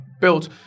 built